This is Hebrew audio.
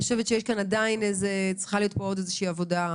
אני חושבת שצריכה להיות כאן עוד איזושהי עבודה,